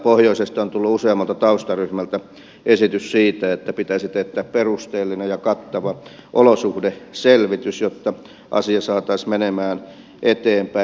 pohjoisesta on tullut useammalta taustaryhmältä esitys siitä että pitäisi teettää perusteellinen ja kattava olosuhdeselvitys jotta asia saataisiin menemään eteenpäin